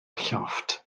llofft